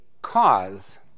cause